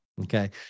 Okay